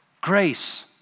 Grace